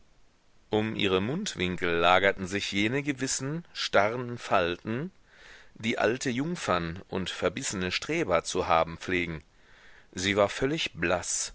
um ihre mundwinkel lagerten sich jene gewissen starren falten die alte jungfern und verbissene streber zu haben pflegen sie war völlig blaß